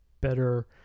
better